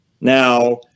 Now